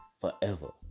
Forever